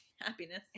happiness